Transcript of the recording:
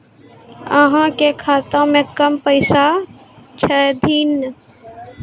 अहाँ के खाता मे कम पैसा छथिन?